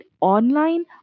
online